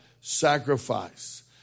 sacrifice